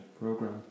program